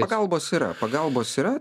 pagalbos yra pagalbos yra